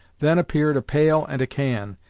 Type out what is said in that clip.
then appeared a pail and a can,